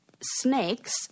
snakes